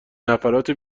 نفرات